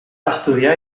estudiar